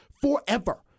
forever